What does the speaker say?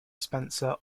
spencer